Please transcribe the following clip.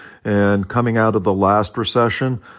and coming out of the last recession,